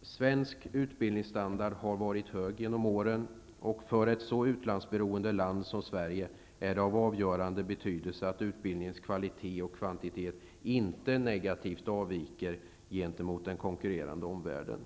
Svensk utbildningsstandard har genom åren varit hög. För ett så utlandsberoende land som Sverige är det av avgörande betydelse att utbildningens kvalitet och kvantitet inte negativt avviker gentemot förhållandena i den konkurrerande omvärlden.